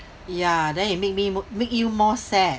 ya then you make me m~ make you more sad